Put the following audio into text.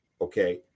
okay